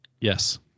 Yes